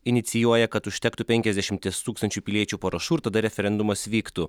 inicijuoja kad užtektų penkiasdešimties tūkstančių piliečių parašų ir tada referendumas vyktų